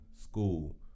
school